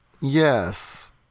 Yes